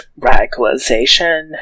radicalization